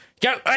go